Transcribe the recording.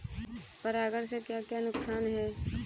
परागण से क्या क्या नुकसान हैं?